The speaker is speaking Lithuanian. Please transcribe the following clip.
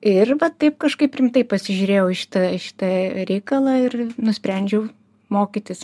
ir taip kažkaip rimtai pasižiūrėjau į šitą šitą reikalą ir nusprendžiau mokytis